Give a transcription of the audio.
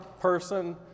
person